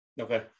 Okay